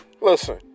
listen